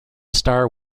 star